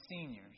seniors